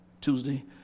Tuesday